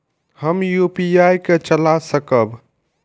हम यू.पी.आई के चला सकब?